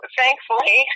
thankfully